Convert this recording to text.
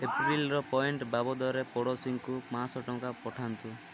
ଏପ୍ରିଲର point ବାବଦରେ ପଡ଼ୋଶୀଙ୍କୁ ପାଞ୍ଚଶହ ଟଙ୍କା ପଠାନ୍ତୁ